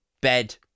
bed